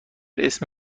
اسم